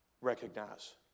recognize